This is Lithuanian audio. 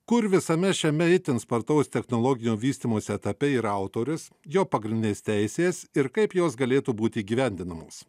kur visame šiame itin spartaus technologijų vystymosi etape yra autorius jo pagrindinės teisės ir kaip jos galėtų būti įgyvendinamos